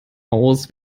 aus